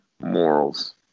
morals